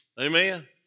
Amen